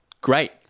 great